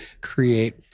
create